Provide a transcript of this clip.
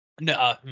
no